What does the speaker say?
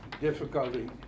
difficulty